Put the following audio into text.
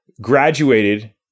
graduated